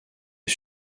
est